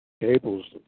Cables